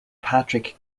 patrick